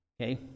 okay